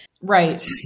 Right